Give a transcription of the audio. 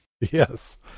Yes